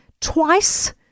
twice